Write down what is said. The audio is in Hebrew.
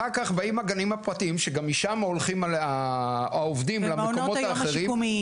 אחר-כך באים הגנים הפרטיים שגם משם הולכים העובדים למקומות האחרים,